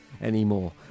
anymore